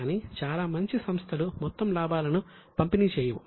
కానీ చాలా మంచి సంస్థలు మొత్తం లాభాలను పంపిణీ చేయవు